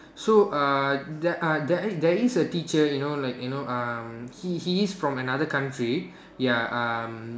so uh there uh there is a teacher you know like you know um he he is from another country ya um